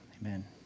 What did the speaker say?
Amen